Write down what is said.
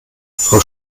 frau